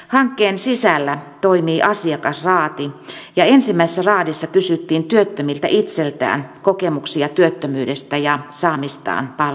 hankkeen sisällä toimii asiakasraati ja ensimmäisessä raadissa kysyttiin työttömiltä itseltään kokemuksia työttömyydestä ja saamistaan palveluista